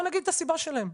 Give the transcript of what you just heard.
בוא נגיד את הסיבה שלהם.